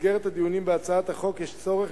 במסגרת הדיונים בהצעת החוק יש צורך